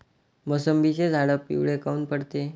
मोसंबीचे झाडं पिवळे काऊन पडते?